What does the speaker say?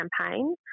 campaign